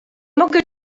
mogę